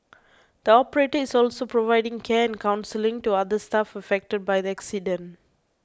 the operator is also providing care and counselling to other staff affected by the accident